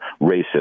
racist